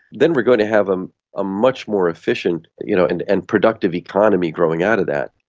then we are going to have a ah much more efficient you know and and productive economy growing out of that.